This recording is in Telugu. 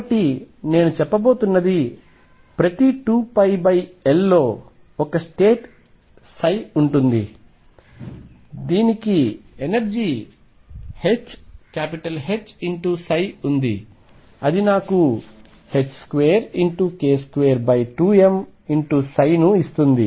కాబట్టి నేను చెప్పబోతున్నది ప్రతి 2πL లో ఒక స్టేట్ ఉంది దీనికి ఎనర్జీ Hψ ఉంది అది నాకు 2k22m ψ ఇస్తుంది